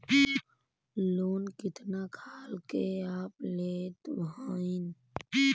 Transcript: Loan कितना खाल के आप लेत हईन?